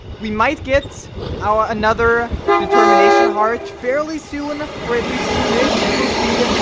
we might get our another determination heart fairly soon ah or at least soonish we will see,